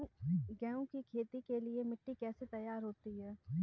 गेहूँ की खेती के लिए मिट्टी कैसे तैयार होती है?